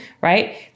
Right